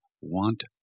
want